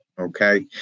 okay